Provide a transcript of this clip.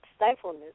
stifleness